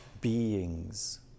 beings